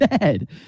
dead